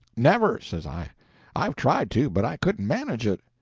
never, says i i've tried to, but i couldn't manage it.